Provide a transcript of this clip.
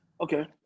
Okay